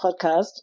podcast